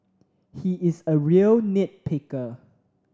he is a real nit picker